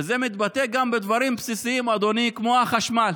וזה מתבטא גם בדברים בסיסיים, אדוני, כמו החשמל.